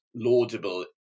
laudable